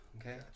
Okay